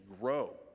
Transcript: grow